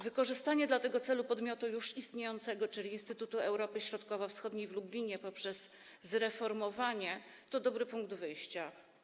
Wykorzystanie do tego celu podmiotu już istniejącego, czyli Instytutu Europy Środkowo-Wschodniej w Lublinie, poprzez zreformowanie go to dobry punkt wyjścia.